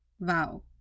Wow